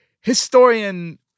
historian